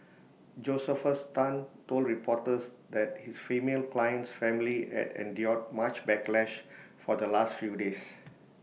Josephus Tan told reporters that his female client's family had endured much backlash for the last few days